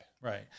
right